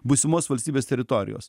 būsimos valstybės teritorijos